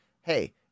Hey